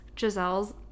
Giselle's